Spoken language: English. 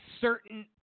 certain